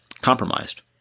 compromised